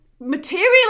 material